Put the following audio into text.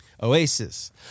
Oasis